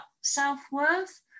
self-worth